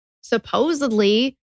supposedly